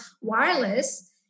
wireless